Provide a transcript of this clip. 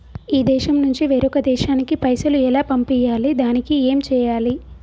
ఈ దేశం నుంచి వేరొక దేశానికి పైసలు ఎలా పంపియ్యాలి? దానికి ఏం చేయాలి?